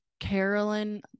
Carolyn